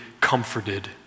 comforted